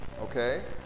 okay